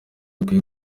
akwiye